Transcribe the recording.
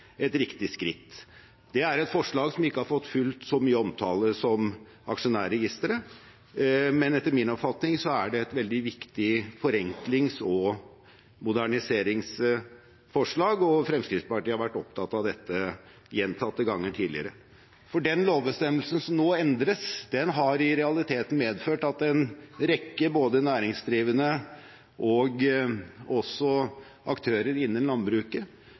et riktig skritt. Det er et forslag som ikke har fått fullt så mye omtale som Aksjonærregisteret, men etter min oppfatning er det et veldig viktig forenklings- og moderniseringsforslag, og vi i Fremskrittspartiet har vært opptatt av dette gjentatte ganger tidligere. Den lovbestemmelsen som nå endres, har i realiteten medført at en rekke næringsdrivende, og også aktører innen landbruket,